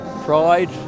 pride